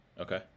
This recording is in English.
Okay